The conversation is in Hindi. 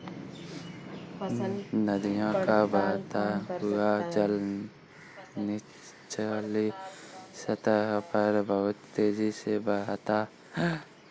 नदियों का बहता हुआ जल निचली सतह पर बहुत तेजी से बहता है